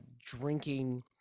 drinking